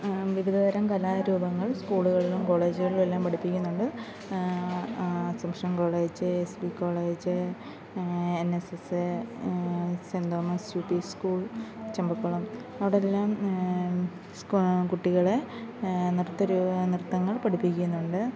വിവിധതരം കലാരൂപങ്ങള് സ്കൂളുകളിലും കോളേജുകളിലും എല്ലാം പഠിപ്പിക്കുന്നുണ്ട് Assumption College S B College N S S Saint Thomas U P School Champakulam അവിടെയെല്ലാം സ്കോ കുട്ടികളെ നൃത്ത രൂപം നൃത്തങ്ങള് പഠിപ്പിക്കുന്നുണ്ട്